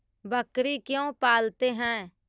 बकरी क्यों पालते है?